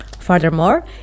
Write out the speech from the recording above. Furthermore